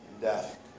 death